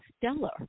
stellar